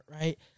Right